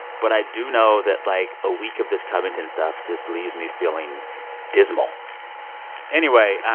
but i do know that, like, a week of this covington stuff just leaves me feeling dismal anyway,